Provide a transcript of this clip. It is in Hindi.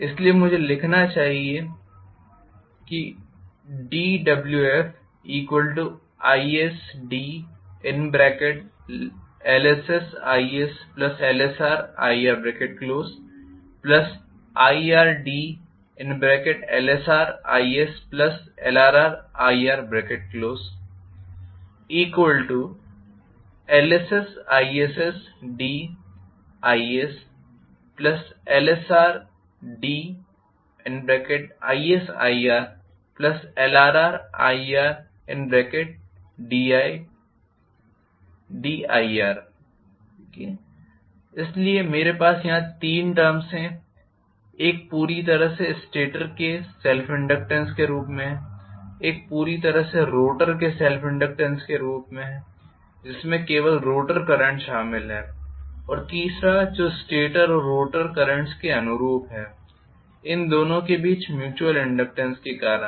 इसलिए मुझे लिखना चाहिए dWfisdLssisLsririrdLsrisLrrir LssisdLsrdLrrir इसलिए मेरे पास यहां तीन टर्म्ज़ है एक पूरी तरह से स्टेटर के सेल्फ़ इनडक्टेन्स के अनुरूप है एक पूरी तरह से रोटर के सेल्फ़ इनडक्टेन्स के अनुरूप है जिसमें केवल रोटर करंट शामिल है और तीसरा जो स्टेटर और रोटर करेंट्स के अनुरूप है उन दोनों के बीच म्यूच्युयल इनडक्टेन्स के कारण